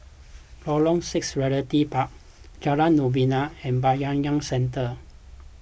Lorong six Realty Park Jalan Novena and Bayanihan Centre